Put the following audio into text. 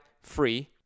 Free